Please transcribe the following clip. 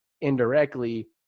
indirectly